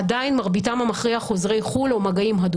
עדיין מרביתם המכריע חוזרי חו"ל